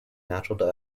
natural